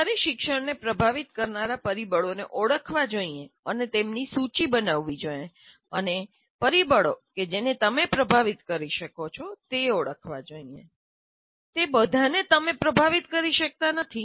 તમારે શિક્ષણને પ્રભાવિત કરતા પરિબળોને ઓળખવા જોઈએ અને તેમની સૂચિ બનાવવી જોઈએ અને પરિબળો કે જેને તમે પ્રભાવિત કરી શકો તે ઓળખવા જોઈએ તે બધાને તમે પ્રભાવિત કરી શકતા નથી